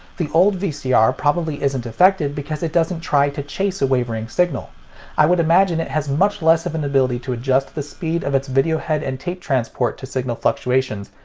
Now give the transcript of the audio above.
the old vcr probably isn't affected because it doesn't try to chase a wavering signal i would imagine it has much less of an ability to adjust the speed of its video head and tape transport to signal fluctuations,